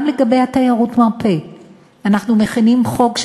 גם לגבי תיירות המרפא אנחנו מכינים חוק,